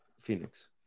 Phoenix